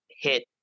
hit